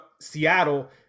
Seattle –